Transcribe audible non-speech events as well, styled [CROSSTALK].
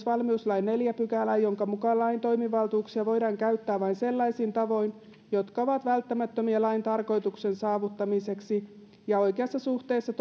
[UNINTELLIGIBLE] valmiuslain neljänteen pykälään jonka mukaan lain toimivaltuuksia voidaan käyttää vain sellaisin tavoin jotka ovat välttämättömiä lain tarkoituksen saavuttamiseksi ja oikeassa suhteessa [UNINTELLIGIBLE]